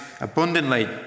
abundantly